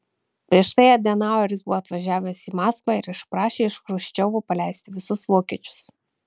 prieš tai adenaueris buvo atvažiavęs į maskvą ir išprašė iš chruščiovo paleisti visus vokiečius